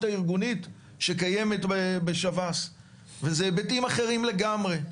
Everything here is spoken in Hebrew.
הארגונית שקיימת בשב"ס ואלה היבטים אחרים לגמרי.